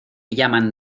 llaman